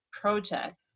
project